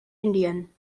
indien